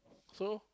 so